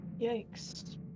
Yikes